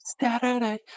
saturday